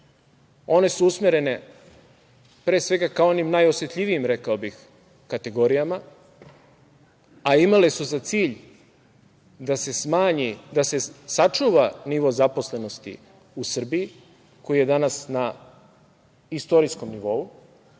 One su usmerene pre svega ka onim najosetljivijim, rekao bih, kategorijama, a imale su za cilj da se sačuva nivo zaposlenosti u Srbiji, koji je danas na istorijskom nivou,